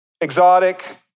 exotic